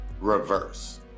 reverse